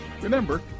Remember